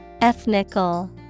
Ethnical